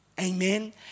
Amen